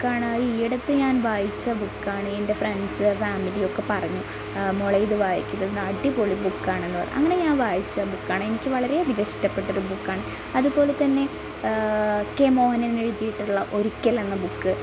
ബുക്കാണ് അത് ഈയടുത്ത് ഞാൻ വായിച്ച ബുക്കാണ് എൻ്റെ ഫ്രണ്ട്സ് ഫാമിലിയൊക്കെ പറഞ്ഞു മോളേ ഇത് വായിക്ക് ഇത് അടിപൊളി ബുക്കാണെന്ന് പറഞ്ഞു അങ്ങനെ ഞാൻ വായിച്ച ബുക്കാണ് എനിക്ക് വളരെയധികം ഇഷ്ടപ്പെട്ടൊരു ബുക്കാണ് അതുപോലെതന്നെ കെ മോഹനൻ എഴുതിയിട്ടുള്ള ഒരിക്കൽ എന്ന ബുക്ക്